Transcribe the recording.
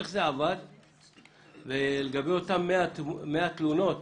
לגבי אותן 100 תלונות,